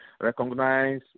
Recognize